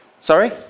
sorry